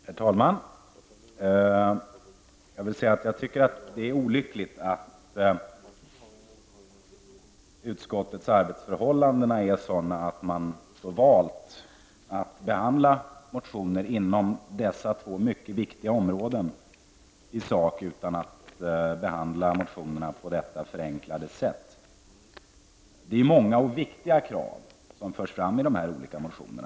Herr talman! Jag vill säga att jag tycker att det är olyckligt att utskottets arbetsförhållanden är sådana att man har valt att behandla motioner inom dessa två mycket viktiga områden på detta förenklade sätt. Det är många och viktiga krav som förs fram i dessa olika motioner.